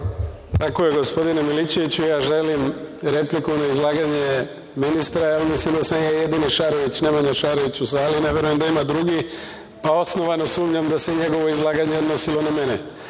Tako je, gospodine Milićeviću ja želim repliku na izlaganje ministra jer mislim da sam ja jedini Šarović, Nemanja Šarović u sali, ne verujem da ima drugi, pa osnovano sumnjam da se njegovo izlaganje odnosilo na mene. Kao